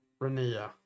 Rania